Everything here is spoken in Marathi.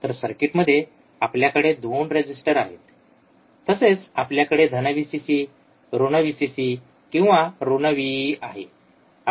तर सर्किटमध्ये आपल्याकडे २ रेजिस्टर आहेत तसेच आपल्याकडे धन व्हीसीसीVcc ऋण व्हीसीसी किंवा ऋण व्हीइइ आहे